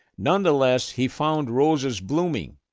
nonetheless, he found roses blooming,